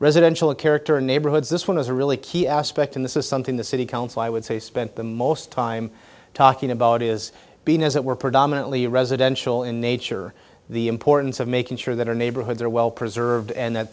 residential of character neighborhoods this one is a really key aspect in this is something the city council i would say spent the most time talking about is being as it were predominantly residential in nature the importance of making sure that our neighborhoods are well preserved and that